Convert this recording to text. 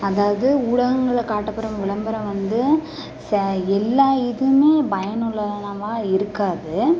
அதாவது ஊடகங்கள்ல காட்டப்படும் விளம்பரம் வந்து ச எல்லா இதுவுமே பயனுள்ளதனமாக இருக்காது